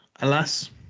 Alas